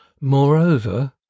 Moreover